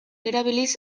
erabiliz